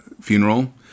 funeral